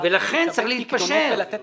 אם הם יעבירו לנו את ההערות,